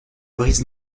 brise